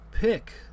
pick